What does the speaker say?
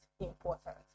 important